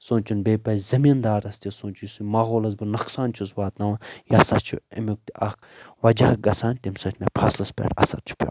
سونٛچُن بیٚیہِ پزِ زٔمیٖندارس تہِ سونچُن یُس ماحولس بہٕ نۄقصان چھُس واتناوان یہِ ہسا چھُ امیُک تہِ اکھ وجہ گژھان تمہِ سۭتۍ مےٚ فصلس پٮ۪ٹھ اثر چھُ پیٚوان